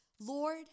Lord